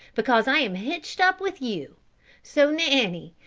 because i am hitched up with you so, nanny,